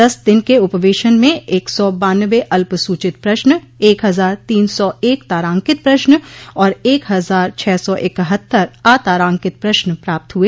दस दिन के उपवेशन में एक सौ बान्नबें अल्पसूचित प्रश्न एक हजार तीन सौ एक तारांकित प्रश्न और एक हजार छह सो इक्हत्तर अतारांकित प्रश्न प्राप्त हुए